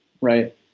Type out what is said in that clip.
right